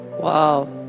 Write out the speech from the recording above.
Wow